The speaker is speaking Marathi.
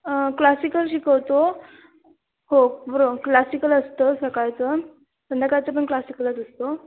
क्लासिकल शिकवतो हो बरं क्लासिकल असतं सकाळचं संध्याकाळचं पण क्लासिकलच असतो